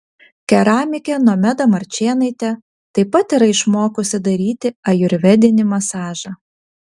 keramikė nomeda marčėnaitė taip pat yra išmokusi daryti ajurvedinį masažą